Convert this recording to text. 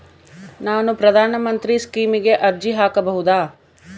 ನಾನು ಪ್ರಧಾನ ಮಂತ್ರಿ ಸ್ಕೇಮಿಗೆ ಅರ್ಜಿ ಹಾಕಬಹುದಾ?